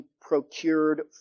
procured